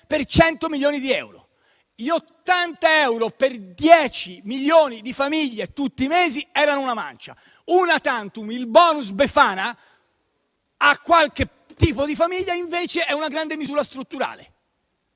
per 100 milioni di euro. Gli 80 euro per 10 milioni di famiglie tutti i mesi erano una mancia; il bonus befana *una tantum* a qualche tipo di famiglia è invece una grande misura strutturale.